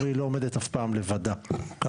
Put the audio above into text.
אבל היא לא עומדת אף פעם לבדה בעיניי,